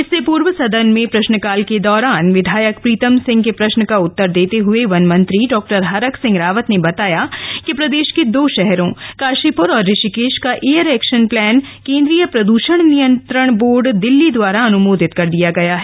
इससे पूर्व सदन में प्रश्न काल के दौरान विधायक प्रीतम सिंह के प्रश्न का उत्तर देते हुए वन मंत्री डॉ हरक सिंह रावत ने बताया कि प्रदेश के दो शहरों काशीप्र और ऋषिकेष का एयर एक्शन प्लान केन्द्रीय प्रद्षण नियंत्रण बोर्ड दिल्ली दवारा अन्मोदित कर दिया गया है